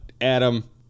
Adam